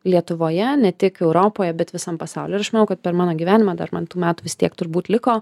lietuvoje ne tik europoje bet visam pasauly ir aš manau kad per mano gyvenimą dar man tų metų vis tiek turbūt liko